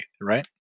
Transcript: right